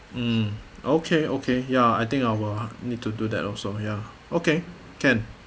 mm okay okay ya I think I will need to do that also ya okay can